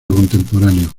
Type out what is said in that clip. contemporáneo